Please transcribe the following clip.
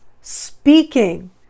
speaking